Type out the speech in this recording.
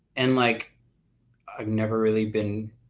and like i've never really been